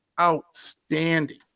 outstanding